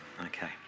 okay